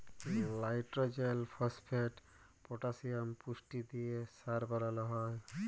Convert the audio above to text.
লাইট্রজেল, phosphate, potassium পুষ্টি দিঁয়ে সার বালাল হ্যয়